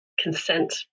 consent